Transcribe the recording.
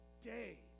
day